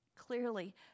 Clearly